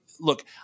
look